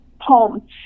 home